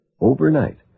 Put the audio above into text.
Overnight